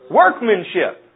workmanship